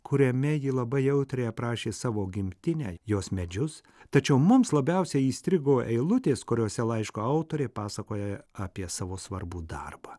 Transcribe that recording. kuriame ji labai jautriai aprašė savo gimtinę jos medžius tačiau mums labiausiai įstrigo eilutės kuriose laiško autorė pasakoja apie savo svarbų darbą